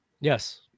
Yes